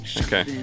Okay